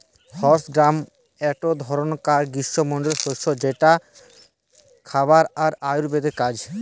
horse gram একটো ধরণকার গ্রীস্মমন্ডলীয় শস্য যেটা খাবার আর আয়ুর্বেদের কাজ